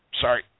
sorry